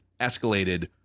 escalated